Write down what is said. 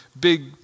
big